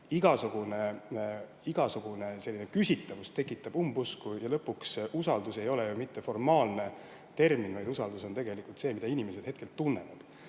igasugune selline küsitavus tekitab umbusku, ja lõpuks "usaldus" ei ole ju mitte formaalne termin, vaid usaldus on tegelikult see, mida inimesed hetkel tunnevad. Nüüd,